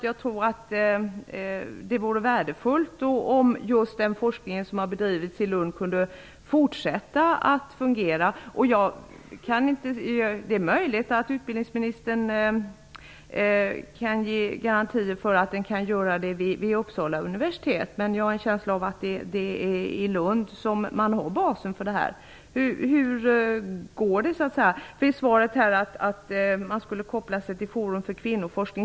Jag tror att det vore värdefullt om just den forskning som har bedrivits i Lund kunde fortsätta att fungera. Det är möjligt att utbildningsministern kan ge garantier för att så kan ske vid Uppsala universitet, men jag har en känsla av att basen för detta finns i Lund. Det står i svaret att man kan koppla sig till Forum för kvinnoforskning.